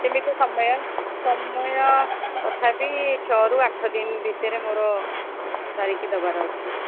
ସେମିତି ସମୟ ସମୟ ତଥାପି ଛଅ ରୁ ଆଠ ଦିନ ଭିତରେ ମୋର ସାରିକି ଦେବାର ଅଛି